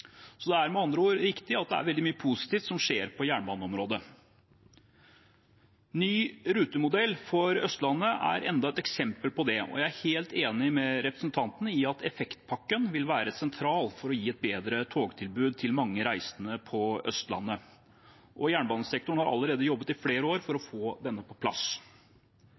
Det er med andre ord riktig at det er veldig mye positivt som skjer på jernbaneområdet. Ny rutemodell for Østlandet er enda et eksempel på det, og jeg er helt enig med representanten i at effektpakken vil være sentral for å gi et bedre togtilbud til mange reisende på Østlandet. Jernbanesektoren har allerede jobbet i flere år for å få denne på plass.